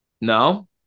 No